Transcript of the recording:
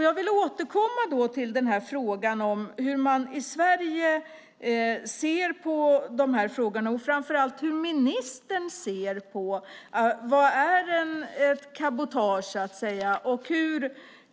Jag återkommer då till hur man i Sverige ser på frågan. Hur ser ministern på vad cabotage är?